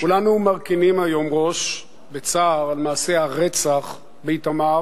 כולנו מרכינים היום ראש בצער על מעשה הרצח באיתמר